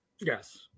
Yes